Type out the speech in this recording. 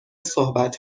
صحبت